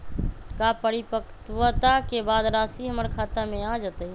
का परिपक्वता के बाद राशि हमर खाता में आ जतई?